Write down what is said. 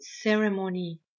ceremony